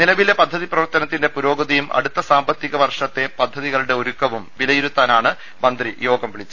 നിലവിലെ പദ്ധതി പ്രവർത്തനത്തിന്റെ പുരോഗതിയും അടുത്ത സാമ്പത്തിക വർഷ ത്തെ പദ്ധതികളുടെ ഒരുക്കവും വിലയിരുത്താനാണ് മന്ത്രി യോഗം വിളിച്ചത്